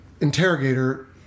interrogator